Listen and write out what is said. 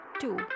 two